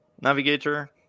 Navigator